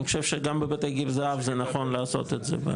אני חושב שגם בבתי גיל הזהב זה נכון לעשות את זה,